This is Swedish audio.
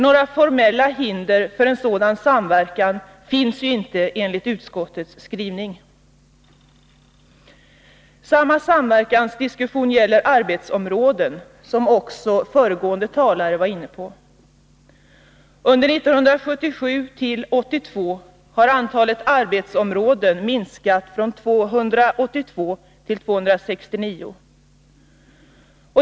Några formella hinder för en sådan samverkan finns ju inte enligt utskottets skrivning. Samma samverkansdiskussion gäller arbetsområden, något som också föregående talare var inne på. Under perioden 1977-1982 har antalet arbetsområden minskat från 282 till 269.